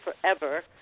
forever